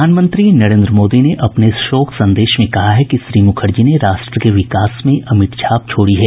प्रधानमंत्री नरेंद्र मोदी ने शोक संदेश में कहा कि श्री मुखर्जी ने राष्ट्र के विकास में अमिट छाप छोड़ी है